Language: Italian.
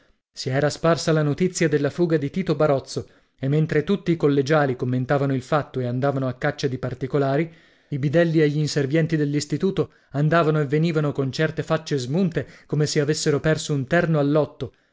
si era sparsa la notizia della fuga di tito barozzo e mentre tutti i collegiali commentavano il fatto e andavano a caccia di particolari i bidelli e gli inservienti dell'istituto andavano e venivano con certe facce smunte come se avessero perso un terno al lotto